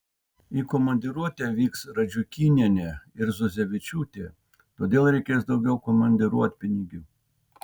į komandiruotę vyks radžiukynienė ir zuzevičiūtė todėl reikės daugiau komandiruotpinigių